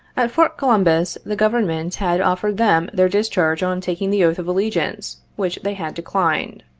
at fort columbus the government had offered them their discharge on taking the oath of allegiance, which they had declined.